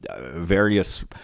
various